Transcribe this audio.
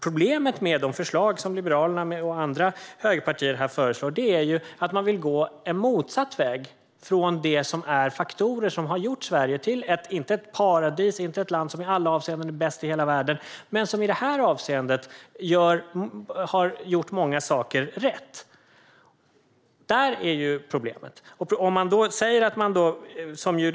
Problemet med de förslag som Liberalerna och andra högerpartier har är att man vill gå en motsatt väg, bort från de faktorer som har gjort Sverige till vad det är. Det är inte ett paradis och inte ett land som i alla avseenden är bäst i världen. Men det är ett land som i detta avseende har gjort många saker rätt. Där ligger problemet - man vill gå bort från detta.